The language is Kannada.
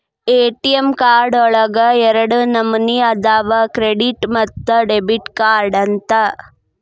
ಎ.ಟಿ.ಎಂ ಕಾರ್ಡ್ ಒಳಗ ಎರಡ ನಮನಿ ಅದಾವ ಕ್ರೆಡಿಟ್ ಮತ್ತ ಡೆಬಿಟ್ ಕಾರ್ಡ್ ಅಂತ